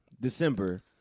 December